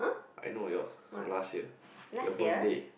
I know yours from last year your birthday